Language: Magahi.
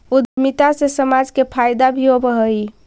उद्यमिता से समाज के फायदा भी होवऽ हई